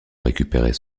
récupérer